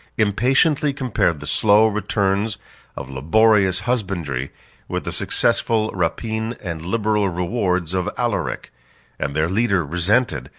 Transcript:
impatiently compared the slow returns of laborious husbandry with the successful rapine and liberal rewards of alaric and their leader resented,